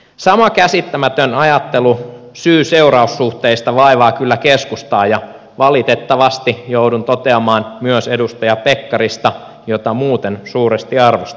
sama käsittämätön ajattelu syyseuraus suhteesta vaivaa kyllä keskustaa ja valitettavasti joudun toteamaan myös edustaja pekkarista jota muuten suuresti arvostan